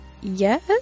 Yes